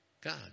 God